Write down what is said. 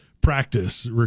practice